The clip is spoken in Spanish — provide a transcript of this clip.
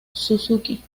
suzuki